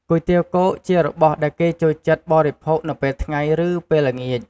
គុយទាវគោកជារបស់ដែលគេចូលចិត្តបរិភោគនៅពេលថ្ងៃ ឬពេលល្ងាច។